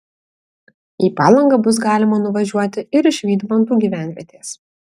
į palangą bus galima nuvažiuoti ir iš vydmantų gyvenvietės